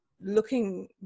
looking